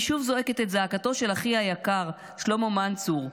אני שוב זועקת את זעקתו של אחי היקר שלמה מנצור,